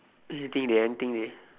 anything dey anything dey